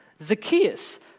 Zacchaeus